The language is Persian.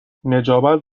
نجابت